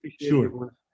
sure